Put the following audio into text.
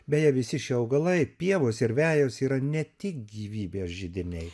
beje visi šie augalai pievos ir vejos yra ne tik gyvybės židiniai